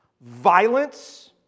violence